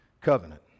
covenant